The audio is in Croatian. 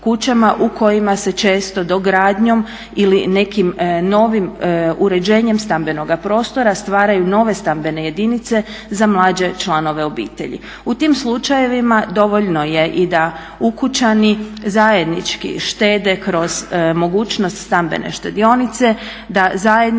u kojima se često dogradnjom ili nekim novim uređenjem stambenog prostora stvaraju nove stambene jedinice za mlađe članove obitelji. U tim slučajevima dovoljno je i da ukućani zajednički štede kroz mogućnost stambene štedionice, da zajednički